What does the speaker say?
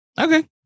Okay